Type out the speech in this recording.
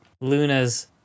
Luna's